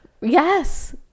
Yes